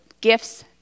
gifts